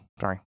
sorry